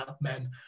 men